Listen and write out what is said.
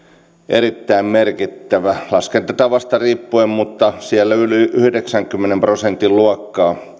erittäin merkittävä laskentatavasta riippuen siellä yli yhdeksänkymmenen prosentin luokkaa